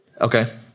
Okay